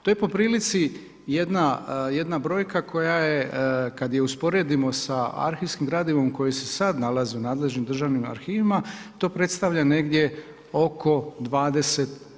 To je po prilici jedna brojka koja je, kad je usporedimo sa arhivskim gradivom koje se sad nalazi u nadležnim državnim arhivima, to predstavlja negdje oko 20%